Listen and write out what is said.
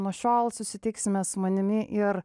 nuo šiol susitiksime su manimi ir